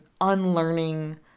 unlearning